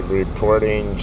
reporting